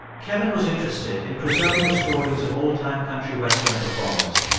kevin was interested in preserving the stories of old-time country western performers.